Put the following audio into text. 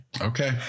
Okay